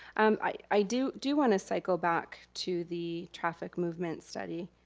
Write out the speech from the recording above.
um i do do wanna cycle back to the traffic movement study.